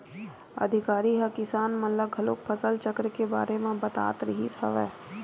अधिकारी ह किसान मन ल घलोक फसल चक्र के बारे म बतात रिहिस हवय